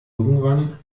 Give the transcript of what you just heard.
irgendwann